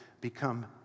become